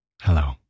Hello